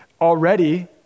already